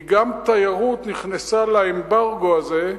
כי גם תיירות נכנסה לאמברגו הזה,